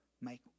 make